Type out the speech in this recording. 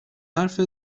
حرفت